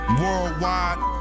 worldwide